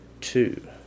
two